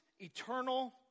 Eternal